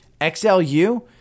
XLU